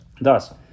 Thus